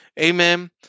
Amen